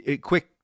quick